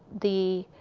the